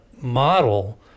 model